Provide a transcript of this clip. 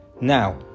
Now